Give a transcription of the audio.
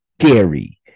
scary